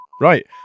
Right